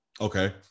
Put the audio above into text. Okay